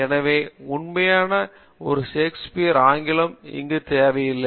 எனவே உண்மையான ஒரு ஷேக்ஸ்பியர் ஆங்கிலம் இங்கு தேவையில்லை